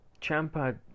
Champa